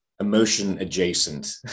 emotion-adjacent